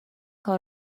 کار